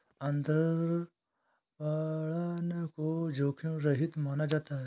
अंतरपणन को जोखिम रहित माना जाता है